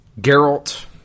Geralt